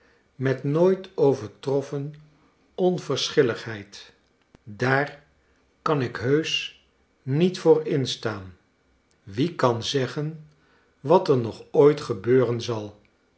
met nooit overtroffen onverschilligheid daar kan ik heusch niet voor instaan wie kan zeggen wat er nog ooit gebeuren zal